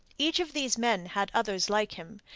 each of these men had others like him,